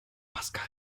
pascal